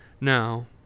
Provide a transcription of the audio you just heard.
Now